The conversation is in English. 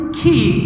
key